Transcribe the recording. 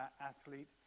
athlete